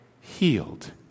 healed